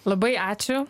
labai ačiū